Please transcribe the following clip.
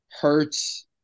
Hurts